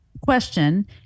Question